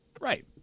Right